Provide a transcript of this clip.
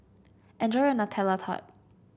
enjoy your Nutella Tart